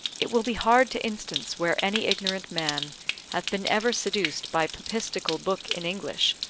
it will be hard to instance where any ignorant man hath been ever seduced by papistical book in english,